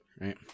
right